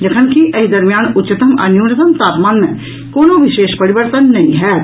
जखनकि एहि दरमियान उच्चतम आ न्यूनतम तापमान मे कोनो विशेष परिवर्तन नहि होयत